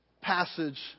passage